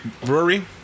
Brewery